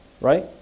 Right